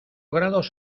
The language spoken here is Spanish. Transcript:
grados